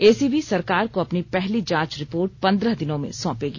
ACB सरकार को अपनी पहली जांच रिपोर्ट पंद्रह दिनों में सौंपेगी